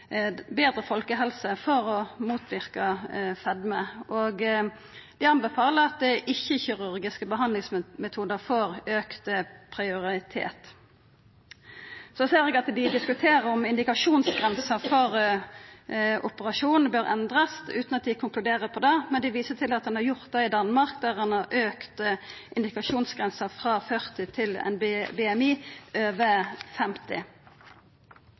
dei anbefaler at ikkje-kirurgiske behandlingsmetodar får auka prioritet. Så ser eg at dei diskuterer om indikasjonsgrensa for operasjon bør endrast, utan at dei konkluderer om det. Men dei viser til at ein har gjort det i Danmark. Der har ein auka indikasjonsgrensa frå BMI over 40 til BMI over 50.